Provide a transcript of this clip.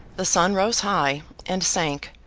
the sun rose high, and sank,